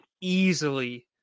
easily